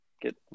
get